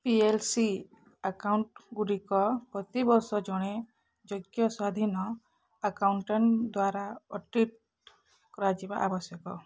P L C ଆକାଉଣ୍ଟ୍ଗୁଡ଼ିକ ପ୍ରତିବର୍ଷ ଜଣେ ଯୋଗ୍ୟ ସ୍ୱାଧୀନ ଆକାଉଣ୍ଟାଣ୍ଟ୍ ଦ୍ୱାରା ଅଡ଼ିଟ୍ କରାଯିବା ଆବଶ୍ୟକ